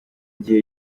gihe